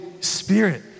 Spirit